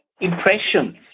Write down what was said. impressions